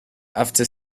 after